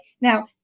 Now